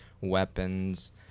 weapons